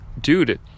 dude